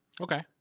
Okay